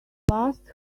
passed